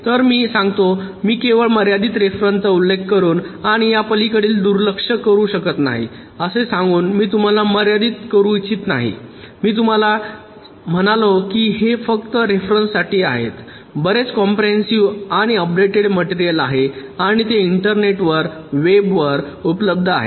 तर मी सांगतो मी केवळ मर्यादित रेफरन्स चा उल्लेख करुन आणि यापलीकडे दुर्लक्ष करू शकत नाही असे सांगून मी तुम्हाला मर्यादित करू इच्छित नाही मी म्हणालो की हे फक्त रेफरन्स साठी आहेत बरेच कॉम्प्रेहेन्सिव्ह आणि अपडेटेड मटेरियल आहे आणि ते इंटरनेटवर वेबवर उपलब्ध आहेत